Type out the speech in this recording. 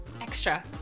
Extra